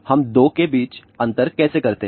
हम 2 के बीच अंतर कैसे करते हैं